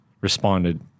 responded